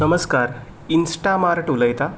नमस्कार इंस्टामार्ट उलयता